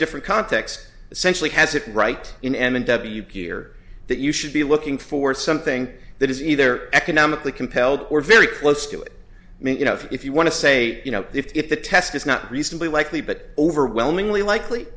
different context essentially has it right in m w gear that you should be looking for something that is either economically compelled were very close to it i mean you know if you want to say you know if the test is not reasonably likely but overwhelmingly likely